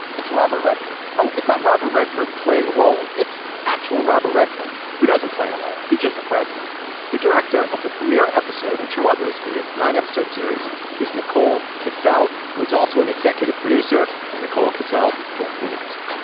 it's robert redford. oh it's not robert redford playing role it's actual robert redford who doesn't play a role. he's just the president the director of the premiere episode and two others in this nine episode series is nicole cosell who is also an executive producer and nicole herself joins me next